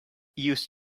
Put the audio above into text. used